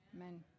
Amen